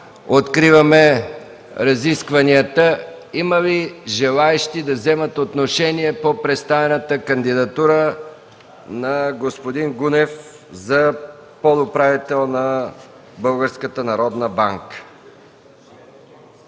откриваме разискванията. Има ли желаещи да вземат отношение по представената кандидатура на господин Гунев за подуправител на